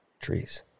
Trees